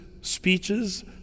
speeches